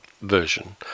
version